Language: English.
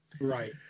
Right